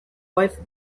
wife